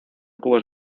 cubos